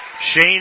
Shane